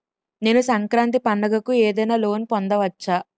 నేను సంక్రాంతి పండగ కు ఏదైనా లోన్ పొందవచ్చా?